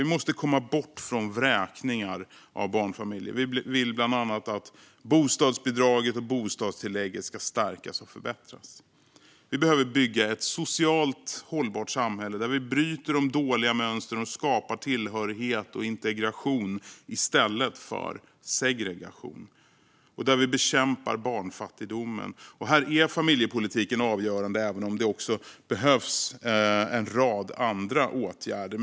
Vi måste komma bort från vräkningar av barnfamiljer. Vi vill bland annat att bostadsbidraget och bostadstillägget ska stärkas och förbättras. Vi behöver bygga ett socialt hållbart samhälle där vi bryter de dåliga mönstren och skapar tillhörighet och integration i stället för segregation och där vi bekämpar barnfattigdomen. Här är familjepolitiken avgörande, även om det också behövs en rad andra åtgärder.